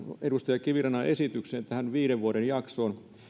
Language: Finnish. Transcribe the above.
edustaja kivirannan esitykseen tähän viiden vuoden jaksoon